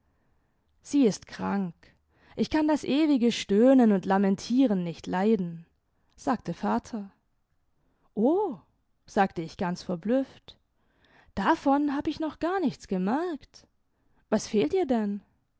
sie ist krank ich kann das ewige stöhnen und lamentieren nicht leiden sagte vater o sagte ich ganz verblüfft davon hab ich noch gar nichts gemerkt was fehlt ihr denn